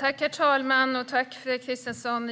Herr talman! Jag tackar Fredrik Christensson